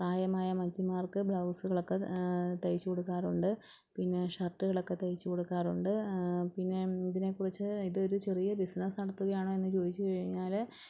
പ്രായമായ അമ്മച്ചിമാർക്ക് ബ്ലൗസുകളൊക്കെ തയിച്ച് കൊടുക്കാറുണ്ട് പിന്നെ ഷർട്ടുകളൊക്കെ തയിച്ച് കൊടുക്കാറുണ്ട് പിന്നെ ഇതിനെ കുറിച്ച് ഇതൊരു ചെറിയ ബിസിനസ്സ് നടത്തുകയാണൊ എന്ന് ചോദിച്ച് കഴിഞ്ഞാല്